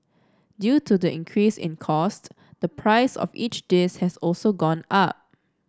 due to the increase in cost the price of each dish has also gone up